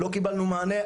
לא קיבלנו מענה,